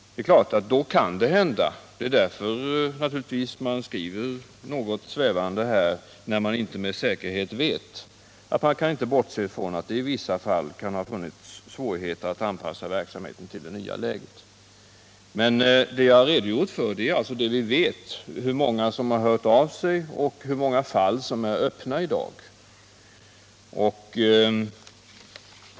Då kan man givetvis inte bortse från att det i vissa fall kan ha funnits svårigheter att anpassa verksamheten till det nya läget. Men vad jag har redogjort för är alltså det vi vet — hur många som har hört av sig och hur många fall som är ”öppna” i dag.